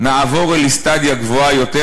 / נעבור אל אִסטדיה גבוהה יותר,